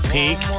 peak